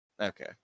Okay